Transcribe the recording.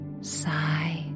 Sigh